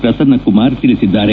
ಪ್ರಸನ್ನಕುಮಾರ್ ತಿಳಿಸಿದ್ದಾರೆ